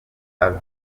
ave